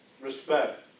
respect